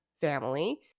family